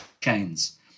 chains